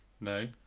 No